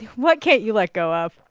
what can't you let go of?